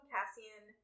Cassian